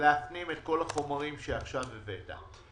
להפנים את כל החומרים שהבאת עכשיו.